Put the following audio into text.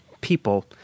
people